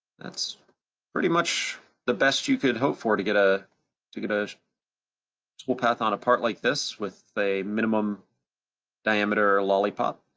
that's pretty much the best you could hope for to get ah to get a full path on a part like this with a minimum diameter lollipop.